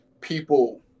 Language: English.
people